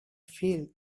feel